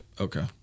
okay